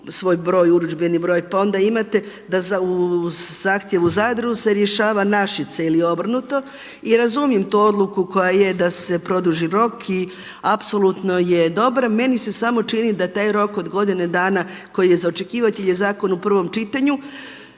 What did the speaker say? svoj urudžbeni broj, pa onda imate da u zahtjevu u Zadru se rješava Našice ili obrnuto. I razumijem tu odluku koja je da se produži rok i apsolutno je dobra. Meni se samo čini da taj rok od godine dana koji je za očekivati jer je zakon u prvom čitanju,